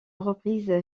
reprise